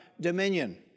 dominion